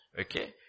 Okay